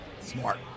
Smart